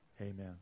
Amen